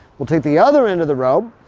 we'll take the other end of the rope,